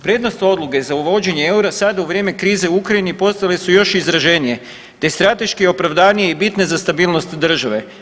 Prednost odluke za uvođenje eura sada u vrijeme krize u Ukrajini postale su još izraženije, te strateški opravdanije i bitne za stabilnost države.